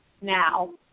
now